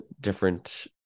different